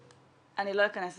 אני לא אכנס לזה.